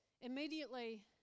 Immediately